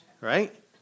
right